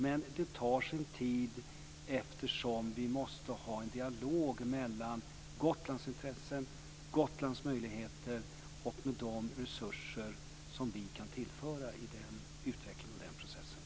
Men det tar sin tid eftersom vi måste ha en dialog om Gotlands intressen, Gotlands möjligheter och de resurser som vi kan tillföra i den utvecklingen och den processen.